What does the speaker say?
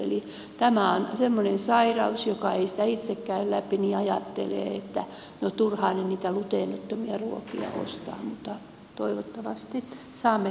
eli tämä on semmoinen sairaus josta se joka ei sitä itse käy läpi ajattelee että no turhaan ne niitä gluteenittomia ruokia ostavat mutta toivottavasti saamme hyvän lopputuloksen